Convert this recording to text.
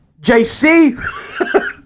JC